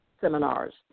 seminars